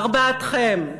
ארבעתכם,